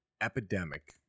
epidemic